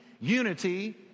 unity